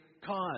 Cause